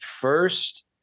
first